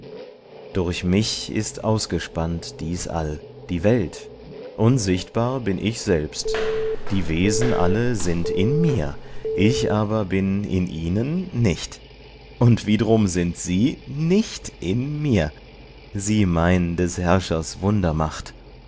durch mich ist ausgespannt dies all die welt unsichtbar bin ich selbst die wesen alle sind in mir ich aber bin in ihnen nicht und wied'rum sind sie nicht in mir sieh mein des herrschers